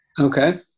Okay